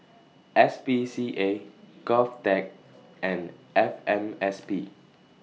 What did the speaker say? S P C A Govtech and F M S P